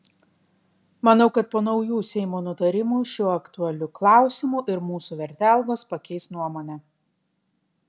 manau kad po naujų seimo nutarimų šiuo aktualiu klausimu ir mūsų vertelgos pakeis nuomonę